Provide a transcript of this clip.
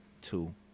two